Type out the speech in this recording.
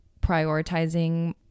prioritizing